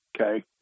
okay